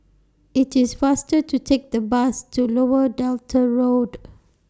IT IS faster to Take The Bus to Lower Delta Road